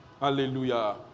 Hallelujah